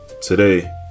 today